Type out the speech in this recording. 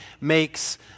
makes